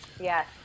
Yes